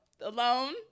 alone